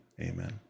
Amen